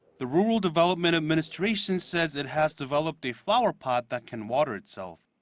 the rural development administration says it has developed a flower pot that can water itself.